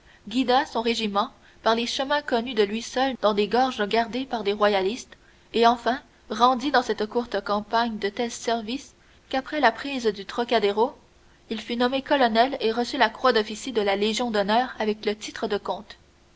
guida son régiment par les chemins connus de lui seul dans des gorges gardées par des royalistes et enfin rendit dans cette courte campagne de tels services qu'après la prise du trocadéro il fut nommé colonel et reçut la croix d'officier de la légion d'honneur avec le titre de comte